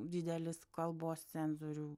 didelis kalbos cenzorių